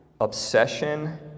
obsession